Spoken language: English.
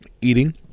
eating